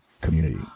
community